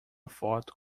foto